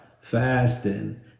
fasting